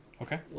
Okay